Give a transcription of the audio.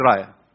Israel